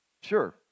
Sure